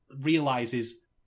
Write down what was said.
realizes